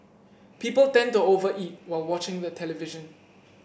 people tend to over eat while watching the television